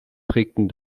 prägten